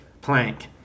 plank